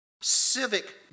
civic